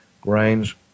grains